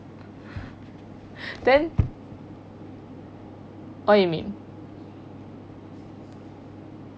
then what do you mean